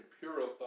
purify